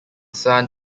son